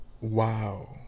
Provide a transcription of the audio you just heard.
Wow